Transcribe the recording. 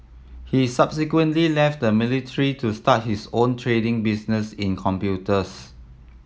he subsequently left the military to start his own trading business in computers